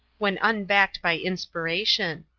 when unbacked by inspiration.